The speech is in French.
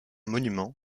monument